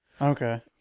Okay